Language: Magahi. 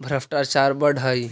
भ्रष्टाचार बढ़ऽ हई